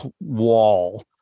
wall